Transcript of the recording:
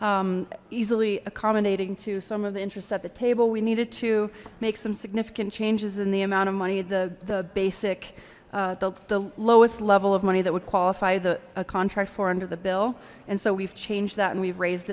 more easily accommodating to some of the interests at the table we needed to make some significant changes in the amount of money the the basic the lowest level of money that would qualify the contract for under the bill and so we've changed that and we've raised